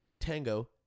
tango